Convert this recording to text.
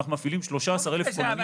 אנחנו מפעילים 13 אלף כוננים.